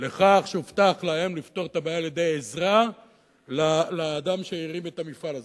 לכך שהובטח להם לפתור את הבעיה על-ידי עזרה לאדם שהרים את המפעל הזה.